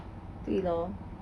对咯